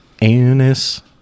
Anus